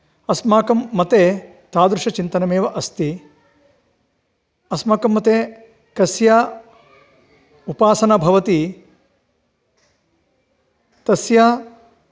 अस्माकं मते तादृशचिन्तनमेव अस्ति अस्माकं मते तस्य उपासना भवति तस्य